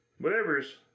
whatever's